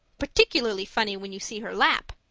particularly funny when you see her lap!